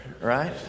right